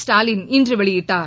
ஸ்டாலின் இன்று வெளியிட்டார்